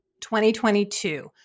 2022